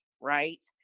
right